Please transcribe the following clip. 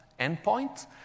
endpoint